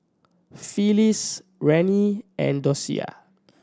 Felice Rennie and Docia